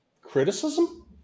criticism